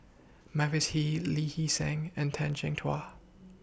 Mavis Hee Lee Hee Seng and Tan Chin Tua